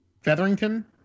Featherington